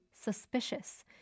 suspicious